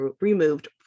removed